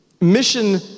Mission